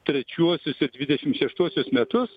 trečiuosius ir dvidešimt šeštuosius metus